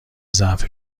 ضعف